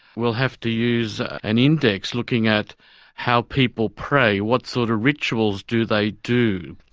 we'll have to use an index looking at how people pray, what sort of rituals do they do.